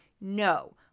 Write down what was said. No